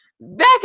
back